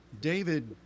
David